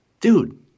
dude